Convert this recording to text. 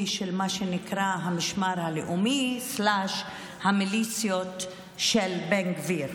של מה שנקרא המשמר הלאומי/המיליציות של בן גביר,